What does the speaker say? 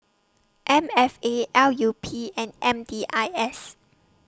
M F A L U P and M D I S